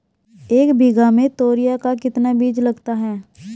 एक बीघा में तोरियां का कितना बीज लगता है?